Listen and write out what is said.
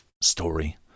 story